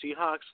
Seahawks